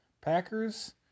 Packers